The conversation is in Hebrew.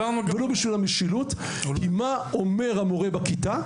היא מה אומר המורה בכיתה,